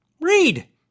read